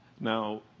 Now